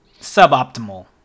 suboptimal